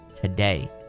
today